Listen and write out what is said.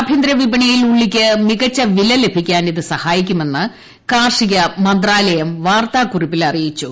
ആഭ്യന്തരവിപണിയിൽ ഉള്ളിക്ക് മികച്ചു വില ലഭിക്കാൻ ഇത് സഹായിക്കുമെന്ന് കാർഷികമന്ത്രാലയം വാർത്താക്കുറിപ്പിൽ അറിയിച്ചു